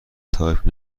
تایپ